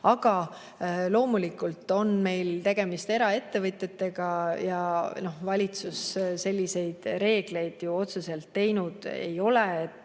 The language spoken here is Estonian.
Aga loomulikult on meil tegemist eraettevõtjatega ja valitsus selliseid reegleid ju otseselt teinud ei ole. See